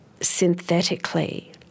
synthetically